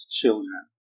children